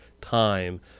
time